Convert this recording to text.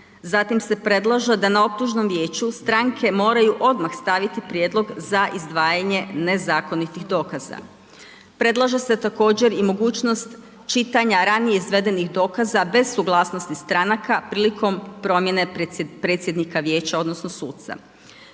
Zatim se predlaže da na optužnom vijeću stranke moraju odmah staviti prijedlog za izdvajanje nezakonitih dokaza. Predlaže se također i mogućnost čitanja ranije izvedenih dokaza bez suglasnosti stranaka prilikom promjene predsjednika vijeća odnosno suca.